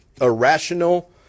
irrational